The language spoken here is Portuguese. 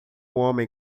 homem